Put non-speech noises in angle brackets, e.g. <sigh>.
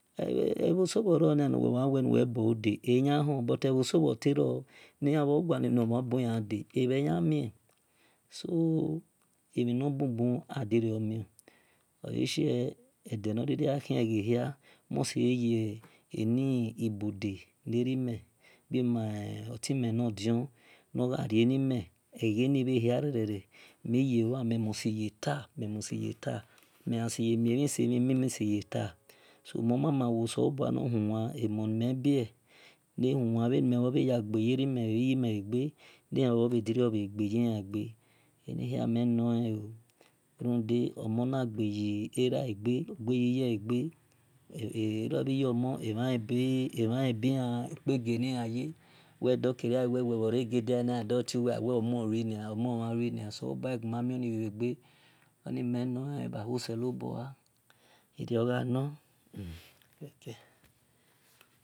Ebhoso bhoro nia nuwel wel nuwel buo ude eyan hon butebhoso bhe ro nor bhe guale noryan bui an de ebhe yan mie so emhi nor bubu aidirio mion oleshie eghe nor ghiri kihin eghehia monseye yere ibudenerime bhi otime nor dion nor gha rie nime eghe hia rere mi yelua mel ghaseyeta mel seyeta <hesitation> mon mon woselobua nor hian omon niemel bhorbie bhe ni mel bhe ya gue yamheri mel bhe ni mel bhe ya gue yamherimelbhi yimel egbe nue an bhe dirio gue hi mel gbe enihia mel more aoo runde omon na gue yi era egbe gue yi ye gbe <hesitation> eromo bhiyo mon emhanle kpejie ni an ye weldor kerewelbhore gie diania ador tiuwe awel amon regie diania solobu ghe gima mio m bhe gbe ena mel noe bha huo sellobua erio gha nor <hesitation>